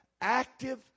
active